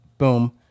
boom